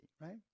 right